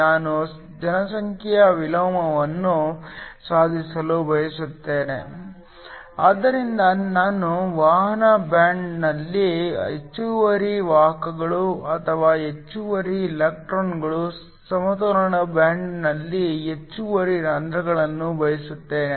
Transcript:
ನಾವು ಜನಸಂಖ್ಯೆಯ ವಿಲೋಮವನ್ನು ಸಾಧಿಸಲು ಬಯಸುತ್ತೇವೆ ಆದ್ದರಿಂದ ನಾವು ವಾಹಕ ಬ್ಯಾಂಡ್ನಲ್ಲಿ ಹೆಚ್ಚುವರಿ ವಾಹಕಗಳು ಅಥವಾ ಹೆಚ್ಚುವರಿ ಎಲೆಕ್ಟ್ರಾನ್ಗಳು ಸಮತೋಲನ ಬ್ಯಾಂಡ್ನಲ್ಲಿ ಹೆಚ್ಚುವರಿ ರಂಧ್ರಗಳನ್ನು ಬಯಸುತ್ತೇವೆ